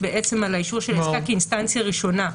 על אישור של עסקה כאינסטנציה ראשונה.